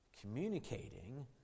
communicating